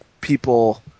people